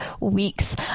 weeks